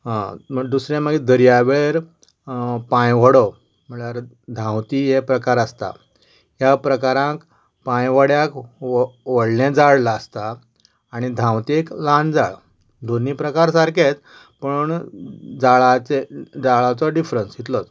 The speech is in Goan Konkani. दुसरें मागीर दर्यावेळ पांयवडो म्हणल्यार धांवती ये प्रकार आसता ह्या प्रकाराक पांयव्हड्याक व्हडलें जाळ लासता आनी धावतेंक ल्हान जाळ दोनी प्रकार सारकेंच पण जाळ जाळाचें डिर्फन्स